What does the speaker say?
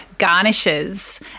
garnishes